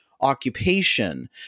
occupation